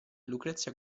lucrezia